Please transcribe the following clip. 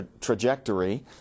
trajectory